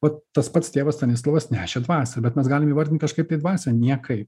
vat tas pats tėvas stanislovas nešė dvasią bet mes galim įvardint kažkaip tai dvasią niekai